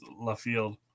Lafield